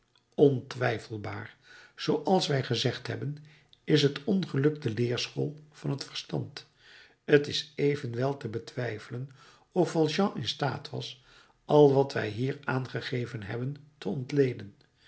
ontwijfelbaar zooals wij gezegd hebben is het ongeluk de leerschool van het verstand t is evenwel te betwijfelen of valjean in staat was al wat wij hier aangegeven hebben te ontleden